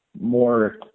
more